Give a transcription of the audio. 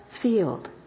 field